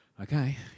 Okay